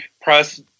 press